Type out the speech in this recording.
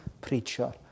preacher